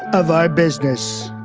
of our business.